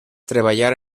treballar